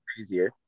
easier